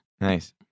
nice